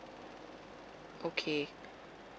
okay